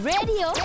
Radio